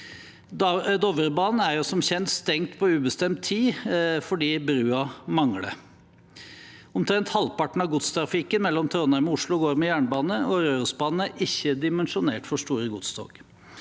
Dovrebanen er som kjent stengt på ubestemt tid fordi brua mangler. Omtrent halvparten av godstrafikken mellom Trondheim og Oslo går med jernbane, og Rørosbanen er ikke dimensjonert for store godstog.